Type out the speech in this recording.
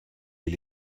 est